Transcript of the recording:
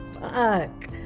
Fuck